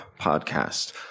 podcast